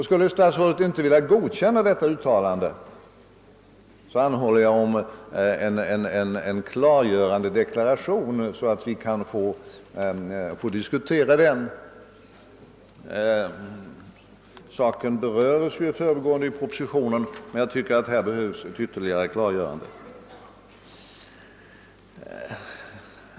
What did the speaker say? Skulle statsrådet inte vilja godkänna denna tolkning, anhåller jag om en klargörande deklaration, så att vi kan få diskutera den. Saken berörs i förbigående i propositionen, men jag tycker att här behövs ett ytterligare klargörande.